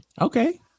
Okay